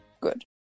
good